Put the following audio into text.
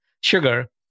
sugar